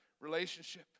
relationship